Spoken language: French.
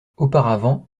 auparavant